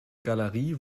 galerie